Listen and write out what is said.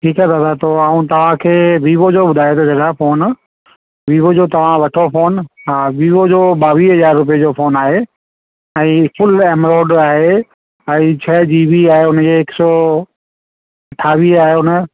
ठीकु आहे दादा त आऊं तव्हां खे वीवो जो ॿुधाए थो सघां फ़ोन वीवो जो तव्हां वठो फ़ोन हा वीवो जो ॿावीह हज़ार रुपए जो फ़ोन आहे साईं फुल एमरोड आहे ऐं छह जी बी आहे हुन जो हिकु सौ अठावीह आहे हुन